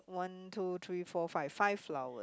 one two three four five five flowers